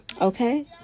Okay